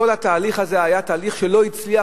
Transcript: כל התהליך הזה היה תהליך שלא הצליח,